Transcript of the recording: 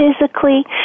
physically